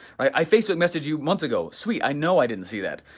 i i facebook messaged you months ago, sweet, i know i didn't see that,